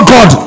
God